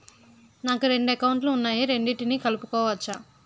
నాకు రెండు అకౌంట్ లు ఉన్నాయి రెండిటినీ కలుపుకోవచ్చా?